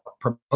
promote